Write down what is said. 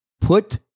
put